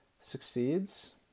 succeeds